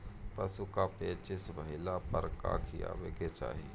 पशु क पेचिश भईला पर का खियावे के चाहीं?